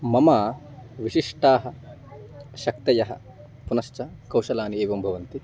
मम विशिष्टाः शक्तयः पुनश्च कौशलानि एवं भवन्ति